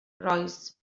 rois